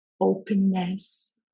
openness